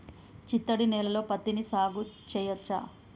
చిత్తడి నేలలో పత్తిని సాగు చేయచ్చా?